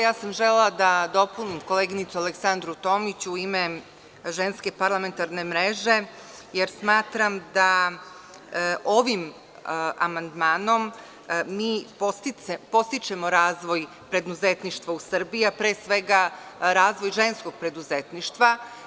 Ja sam želela da dopunim koleginicu Aleksandru Tomić u ime Ženske parlamentarne mreže, jer smatram da ovim amandmanom mi podstičemo razvoj preduzetništva u Srbiji, a pre svega razvoj ženskog preduzetništva.